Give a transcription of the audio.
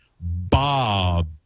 Bob